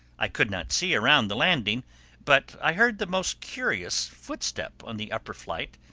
i could not see around the landing but i heard the most curious footstep on the upper flight.